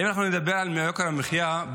ואם אנחנו נדבר על יוקר המחיה,